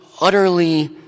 utterly